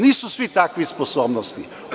Nisu svi takvih sposobnosti.